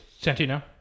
Santino